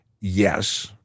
Yes